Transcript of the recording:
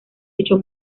dicho